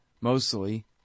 mostly